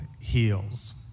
heals